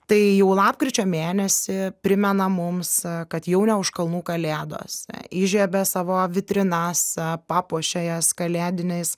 tai jau lapkričio mėnesį primena mums kad jau ne už kalnų kalėdos įžiebia savo vitrinas papuošia jas kalėdiniais